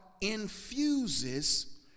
infuses